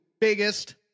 biggest